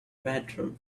bedroom